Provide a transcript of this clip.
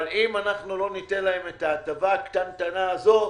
אבל אם אנחנו לא ניתן להם את ההטבה הקטנטנה הזו,